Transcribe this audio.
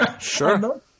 Sure